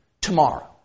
Tomorrow